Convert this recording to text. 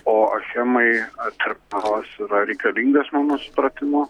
o achemai terminalas yra reikalingas mano supratimu